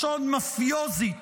לשון מאפיוזית